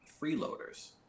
freeloaders